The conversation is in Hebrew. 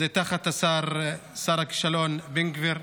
זה תחת שר הכישלון בן גביר.